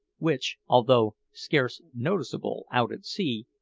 which, although scarce noticeable out at sea,